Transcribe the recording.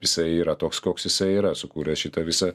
jisai yra toks koks jisai yra sukūręs šitą visą